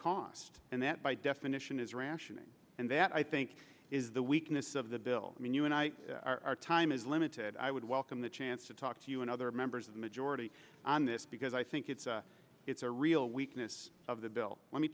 cost and that by definition is rationing and that i think is the weakness of the bill i mean you and i our time is limited i would welcome the chance to talk to you and other members of the majority on this because i think it's it's a real weakness of the bill let me